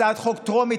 הצעת חוק בטרומית,